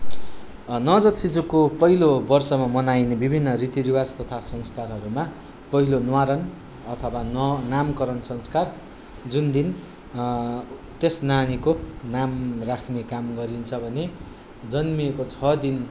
नवजात शिशुको पहिलो वर्षमा मनाइने विभिन्न रीतिरिवाज तथा संस्कारहरूमा पहिलो न्वारान अथवा न नामकरण संस्कार जुन दिन त्यस नानीको नाम राख्ने काम गरिन्छ भने जन्मिएको छ दिन